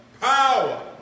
Power